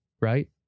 right